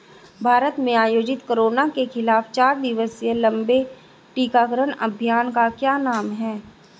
भारत में आयोजित कोरोना के खिलाफ चार दिवसीय लंबे टीकाकरण अभियान का क्या नाम है?